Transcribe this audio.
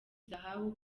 zahabu